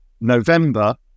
November